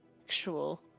actual